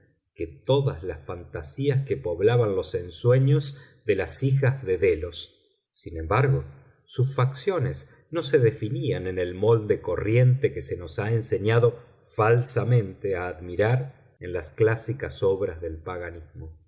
que todas las fantasías que poblaban los ensueños de las hijas de delos sin embargo sus facciones no se definían en el molde corriente que se nos ha enseñado falsamente a admirar en las clásicas obras del paganismo